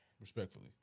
respectfully